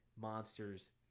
monsters